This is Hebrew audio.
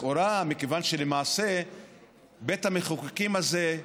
לכאורה, מכיוון שלמעשה בית המחוקקים הזה,